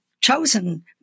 chosen